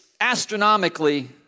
astronomically